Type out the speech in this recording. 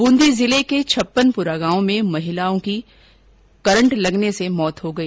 ब्रंदी जिले के छप्पनपूरा गांव में दो महिलाओं की करंट लगने से मौत हो गई